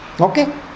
Okay